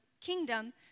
kingdom